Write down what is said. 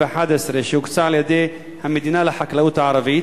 שהוקצה על-ידי המדינה לחקלאות הערבית?